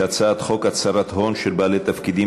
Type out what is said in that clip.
הצעת חוק הצהרת הון של בעלי תפקידים